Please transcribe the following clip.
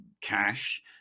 cash